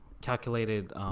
calculated